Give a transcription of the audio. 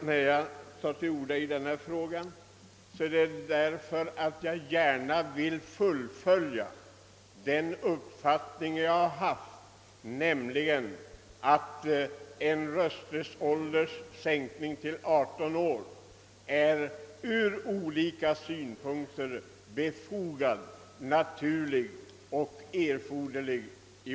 Att jag tar till orda i denna fråga beror på att jag gärna vill uttala att jag alltjämt har den uppfattningen, att en sänkning av rösträttsåldern till 18 år ur olika synpunkter är befogad, naturlig och erforderlig.